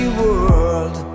world